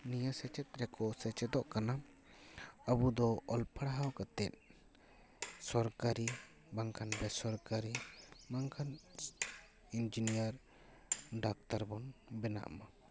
ᱱᱤᱭᱟᱹ ᱥᱮᱪᱮᱫ ᱨᱮᱠᱚ ᱥᱮᱪᱮᱫᱚᱜ ᱠᱟᱱᱟ ᱟᱵᱚ ᱫᱚ ᱚᱞ ᱯᱟᱲᱦᱟᱣ ᱠᱟᱛᱮᱫ ᱥᱚᱨᱠᱟᱨᱤ ᱵᱟᱝᱠᱷᱟᱱ ᱵᱮᱥᱚᱨᱠᱟᱨᱤ ᱵᱟᱝᱠᱷᱟᱱ ᱤᱱᱡᱤᱱᱤᱭᱟᱨ ᱰᱟᱠᱛᱟᱨ ᱵᱚᱱ ᱵᱮᱱᱟᱜᱼᱢᱟ